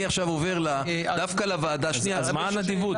אני עכשיו עובר דווקא לוועדה --- יואב,